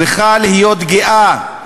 צריכה להיות גאה בהם,